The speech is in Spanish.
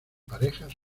parejas